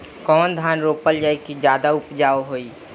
कौन धान रोपल जाई कि ज्यादा उपजाव होई?